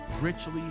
richly